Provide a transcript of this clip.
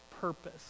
purpose